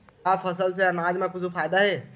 का फसल से आनाज मा कुछु फ़ायदा हे?